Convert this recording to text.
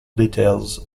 details